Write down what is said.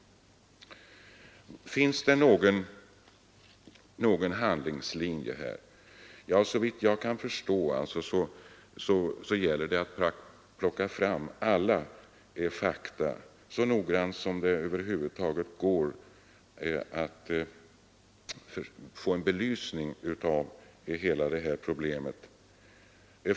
Finns det här någon handlingslinje? Såvitt jag kan förstå gäller det att plocka fram alla fakta och söka få en så noggrann belysning av hela detta problem som det över huvud taget är möjligt.